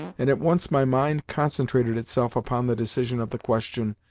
and at once my mind concentrated itself upon the decision of the question,